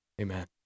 Amen